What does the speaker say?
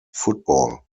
football